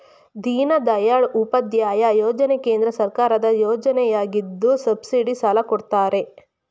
ದೀನದಯಾಳ್ ಉಪಾಧ್ಯಾಯ ಯೋಜನೆ ಕೇಂದ್ರ ಸರ್ಕಾರದ ಯೋಜನೆಯಗಿದ್ದು ಸಬ್ಸಿಡಿ ಸಾಲ ಕೊಡ್ತಾರೆ